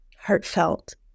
heartfelt